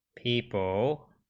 people